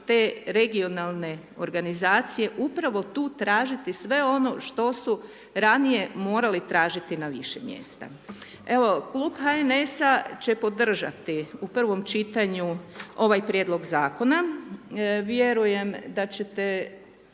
te regionalne organizacije upravo tu tražiti sve ono što su ranije morali tražiti na više mjesta. Evo klub HNS-a će podržati u prvom čitanju ovaj prijedlog zakona. Vjerujem da ćete